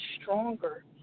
stronger